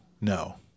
no